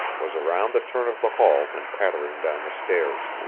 was around the turn of the hall and pattering down the stairs.